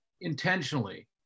intentionally